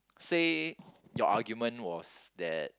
say your argument was that